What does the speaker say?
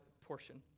portion